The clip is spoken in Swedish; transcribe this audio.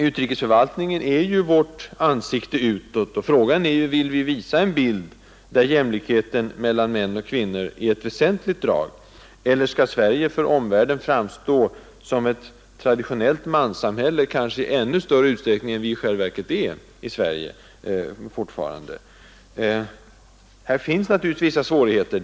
Utrikesförvaltningen är ju vårt ansikte utåt. Vill vi visa en bild där jämlikheten mellan män och kvinnor är ett väsentligt drag, eller skall Sverige inför omvärlden framstå som ett traditionellt manssamhälle, kanske i ännu större utsträckning än det i själva verket är? Här finns naturligtvis vissa svårigheter.